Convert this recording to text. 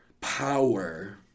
power